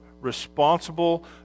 responsible